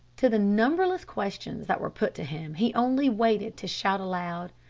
to the numberless questions that were put to him he only waited to shout aloud,